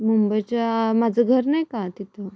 मुंबईच्या माझं घर नाही का तिथं